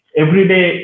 everyday